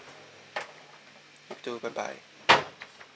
you too bye bye